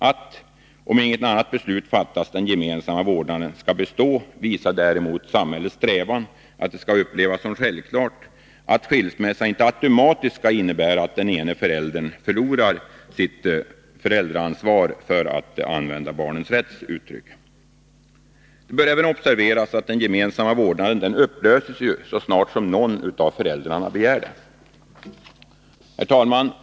Att — om inget annat beslut fattas — den gemensamma vårdnaden skall bestå visar däremot samhällets strävan att det skall upplevas som självklart att skilsmässa inte automatiskt skall innebära att den ena föräldern förlorar sitt föräldraansvar, för att använda Barnets Rätts uttryck, i samband med skilsmässan. Det bör även observeras att den gemensamma vårdnaden upplöses så snart en av föräldrarna begär det. Herr talman!